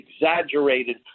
exaggerated